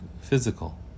physical